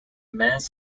mass